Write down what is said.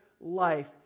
life